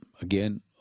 again